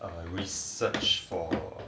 err research for